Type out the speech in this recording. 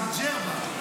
מג'רבה.